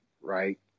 right